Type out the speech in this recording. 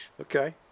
Okay